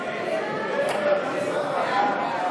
התשע"ו 2016,